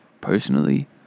Personally